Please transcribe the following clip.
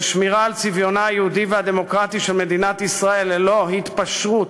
של שמירה על צביונה היהודי והדמוקרטי של מדינת ישראל ללא התפשרות,